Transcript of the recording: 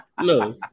No